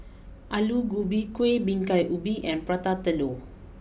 Aloo Gobi Kuih Bingka Ubi and Prata Telur